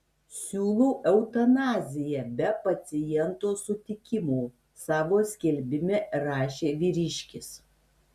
siūlau eutanaziją be paciento sutikimo savo skelbime rašė vyriškis